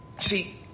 See